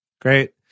Great